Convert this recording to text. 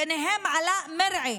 וביניהם עלאא מרעי,